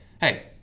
hey